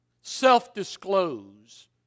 self-disclose